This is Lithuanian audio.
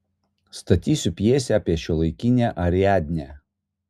statysiu pjesę apie šiuolaikinę ariadnę